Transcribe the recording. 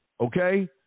Okay